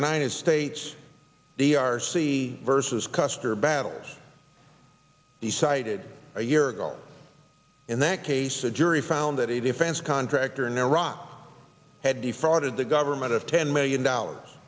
united states the r c versus custer battles he cited a year ago in that case a jury found that a defense contractor in iraq had defrauded the government of ten million dollars